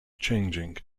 changing